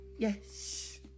Yes